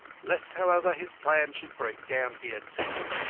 lest, however, his plan should break down here, too,